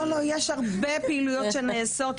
יש הרבה פעילויות שנעשות,